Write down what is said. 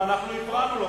אנחנו הפרענו לו.